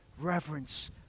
reverence